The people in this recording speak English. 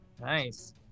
Nice